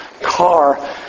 car